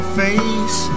face